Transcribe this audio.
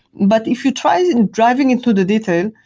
but if you try and and driving it to the detail,